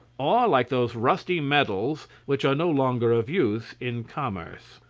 or like those rusty medals which are no longer of use in commerce.